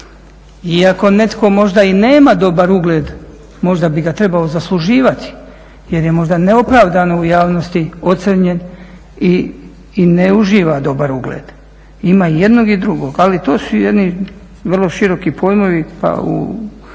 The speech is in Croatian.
I ako netko možda i nema dobar ugled, možda bi ga trebao zasluživati jer je možda neopravdano u javnosti ocrnjen i ne uživa dobar ugled. Ima i jednog i drugog, ali to su jedni vrlo široki pojmovi pa u